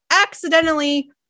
accidentally